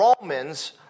Romans